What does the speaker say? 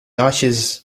arches